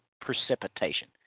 precipitation